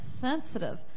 sensitive